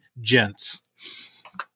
gents